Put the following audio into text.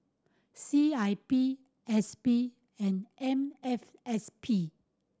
C I P S P and M F S P